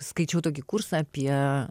skaičiau tokį kursą apie